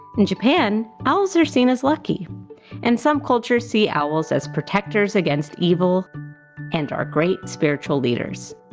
in japan, owls are seen as lucky and some cultures see owls as protectors against evil and are great spiritual leaders.